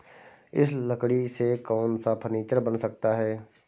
इस लकड़ी से कौन सा फर्नीचर बन सकता है?